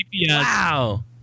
wow